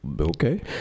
Okay